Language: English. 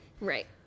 Right